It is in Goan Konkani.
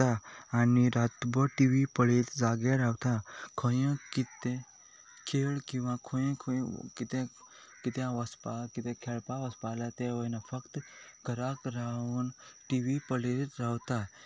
टी वी पळयत जागे रावता खंय कितें खेळ किंवा खंय कितें वचपाक खेळपाक वचपाक जाय ते वचना फक्त घराक रावन टी वी पळयत रावता